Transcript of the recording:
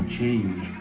change